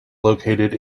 located